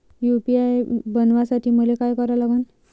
UPI बनवासाठी मले काय करा लागन?